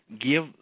give